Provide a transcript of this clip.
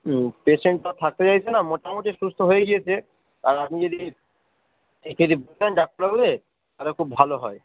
হুম পেশেন্টটা থাকতে চাইছে না মোটামুটি সুস্থ হয়ে গিয়েছে আর আপনি যদি একে যদি বলেন ডাক্তারবাবুর তাহলে খুব ভালো হয়